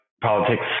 politics